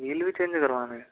wheel भी change करवाना है